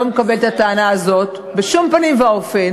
אני לא מקבלת את הטענה הזאת בשום פנים ואופן.